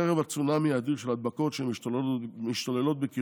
חרף צונאמי אדיר של הדבקות שמשתוללות בקרבה,